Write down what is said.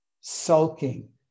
sulking